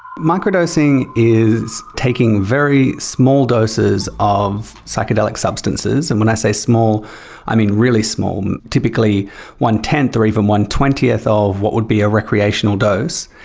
microdosing is taking very small doses of psychedelic substances, and when i say small i mean really small, typically one tenth or even one twentieth ah of what would be a recreational dose.